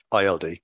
ild